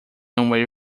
away